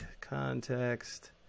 context